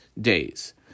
days